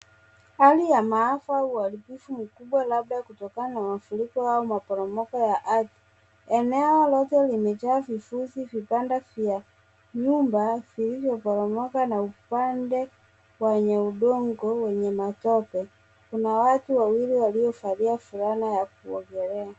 Hali ya maafa uharibifu mkubwa labda kutokana na mafuriko au maporomoko ya ardhi. Eneo lote limejaa vifusi, vipande vya nyumba vilivyoporomoka na upande wenye udongo wenye matope. Kuna watu wawili waliovalia fulana ya kuogolea.